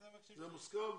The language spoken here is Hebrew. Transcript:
זה מוסכם?